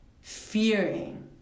fearing